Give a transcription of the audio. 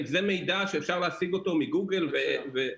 זה מידע שאפשר להשיג אותו מגוגל --- תודה.